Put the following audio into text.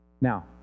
Now